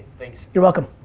thanks. you're welcome.